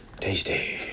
tasty